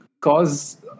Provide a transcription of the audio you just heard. cause